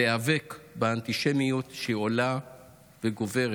להיאבק באנטישמיות שעולה וגוברת.